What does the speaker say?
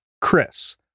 Chris